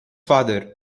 father